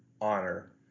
honor